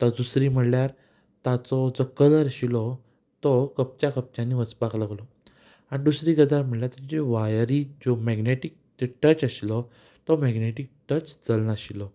आतां दुसरें म्हणल्यार ताचो जो कलर आशिल्लो तो कपच्या कपच्यांनी वचपाक लागलो आनी दुसरी गजाल म्हणल्यार तेज्यो वायरी ज्यो मॅग्नेटीक ते टच आशिल्लो तो मॅग्नेटीक टच चलनाशिल्लो